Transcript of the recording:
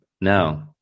No